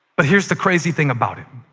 but here's the crazy thing about it.